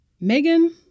Megan